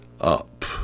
up